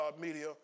media